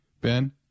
Ben